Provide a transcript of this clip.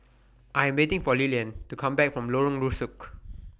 I Am waiting For Lilian to Come Back from Lorong Rusuk